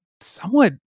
somewhat